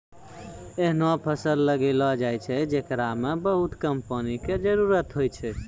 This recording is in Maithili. ऐहनो फसल लगैलो जाय छै, जेकरा मॅ बहुत कम पानी के जरूरत होय छै